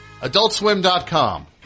adultswim.com